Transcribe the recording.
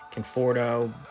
Conforto